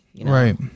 Right